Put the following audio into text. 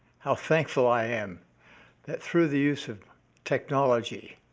how thankful i am that, through the use of technology,